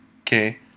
Okay